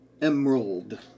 emerald